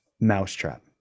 Mousetrap